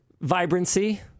vibrancy